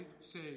say